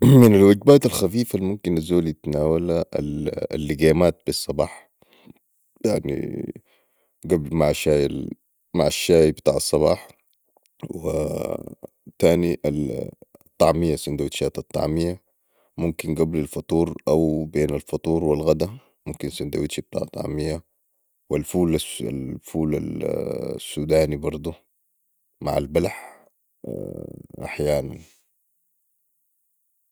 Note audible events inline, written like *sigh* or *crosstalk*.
*noise* من الوجبات الخفيفة الممكن الزول يتناولا القيمات في الصباح يعني مع الشاي بتاع الصباح وتاني الطعميه سندوتشات الطعميه ممكن قبل الفطور او بين الفطور والغداء ممكن سندويش بتاع طعميه والفول السوداني برضو مع البلح احيانا